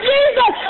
Jesus